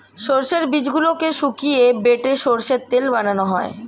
সর্ষের বীজগুলোকে শুকিয়ে বেটে সর্ষের তেল বানানো হয়